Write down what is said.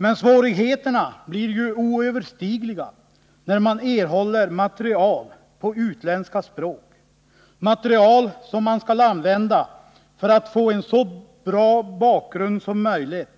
Men svårigheterna blir ju oöverstigliga när man erhåller material på utländska språk — material som man skall använda för att få en så bra bakgrund som möjligt